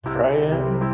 Praying